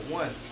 one